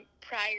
prior